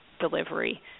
delivery